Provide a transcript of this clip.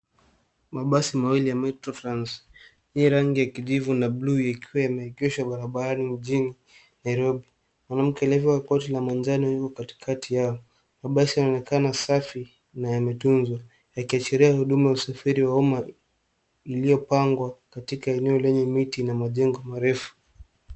Mabasi mawili ya Metro Frans hii rangi ya kijivu na blue yakiwa yameengeshwa barabarani jijini Nairobi. Mwanamke aliiyevaa koti ya majani apo katikati yao. Mabasi yanaonekana safi na yametuzwa yakiashiria uduma wa usafiri wa uma uliopangwa katika eneo lenye miti na mjengo marefu.